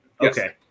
Okay